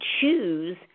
choose